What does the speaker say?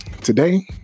today